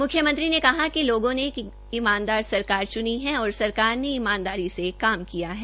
म्ख्यमंत्री ने कहा कि लोगों ने एक ईमानदार सरकार च्नी थी और सरकार ने ईमानदारी से काम किया है